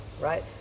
right